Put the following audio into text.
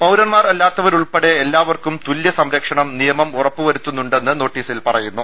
പൌരൻമാർ അല്ലാത്തവരുൾപ്പെടെ എല്ലാവർക്കും തുല്യസംര ക്ഷണം നിയമം ഉറപ്പുവരുത്തുന്നുണ്ടെന്ന് നോട്ടീസിൽ പറയുന്നു